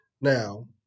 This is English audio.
Now